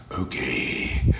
Okay